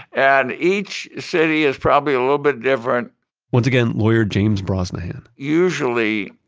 and each city is probably a little bit different once again, lawyer, james brosnahan usually,